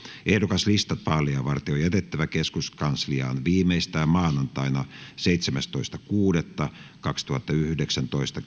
ehdokaslistat vaaleja varten on jätettävä keskuskansliaan viimeistään maanantaina seitsemästoista kuudetta kaksituhattayhdeksäntoista